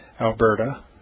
Alberta